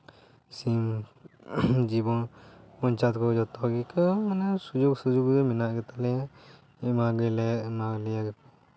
ᱥᱤᱢ ᱡᱮᱢᱚᱱ ᱯᱚᱧᱪᱟᱭᱮᱛ ᱠᱚ ᱡᱚᱛᱚ ᱜᱮ ᱤᱱᱠᱟᱹ ᱜᱮ ᱢᱟᱱᱮ ᱥᱩᱡᱳᱜᱽ ᱠᱚᱫᱚ ᱢᱮᱱᱟᱜ ᱜᱮᱛᱟᱞᱮᱭᱟ ᱚᱱᱟ ᱜᱮᱞᱮ ᱮᱢᱟᱣ ᱞᱮᱭᱟ ᱠᱚ